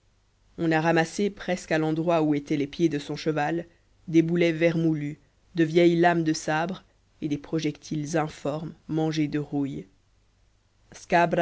on a ramassé presque à l'endroit où étaient les pieds de son cheval des boulets vermoulus de vieilles lames de sabre et des projectiles informes mangés de rouille scabra